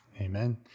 Amen